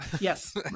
Yes